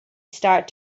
start